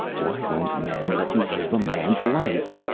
why won't men let me live a man's life?